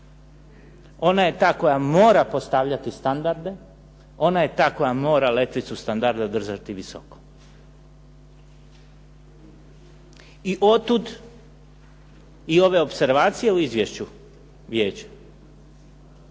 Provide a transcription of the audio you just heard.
Ona je ta koja mora postavljati standarde, ona je ta koja mora letvicu standarda držati visoko. I otud i ove opservacije u izvješću vijeća.